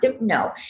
No